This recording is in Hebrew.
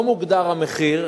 לא מוגדר המחיר,